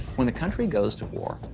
when the country goes to war,